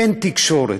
אין תקשורת.